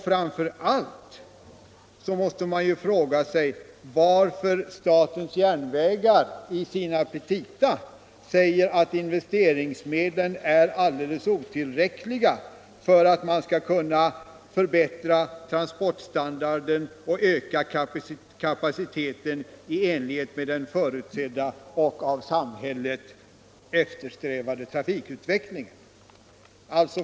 Framför allt måste man fråga sig varför SJ i sina petita säger att investeringsmedlen är alldeles otillräckliga för att SJ skall kunna förbättra transportstandarden och öka kapaciteten i enlighet med den förutsedda och av samhället eftersträvade trafikutvecklingen.